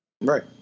Right